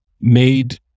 made